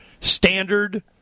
Standard